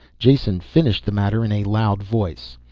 jason finished the matter in a loud voice.